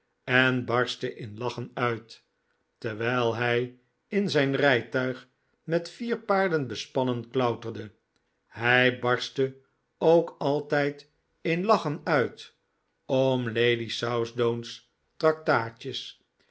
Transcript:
en barstte in lachen uit terwijl hij in zijn rijtuig met vier paarden bespannen klauterde hij barstte ook altijd in lachen uit om lady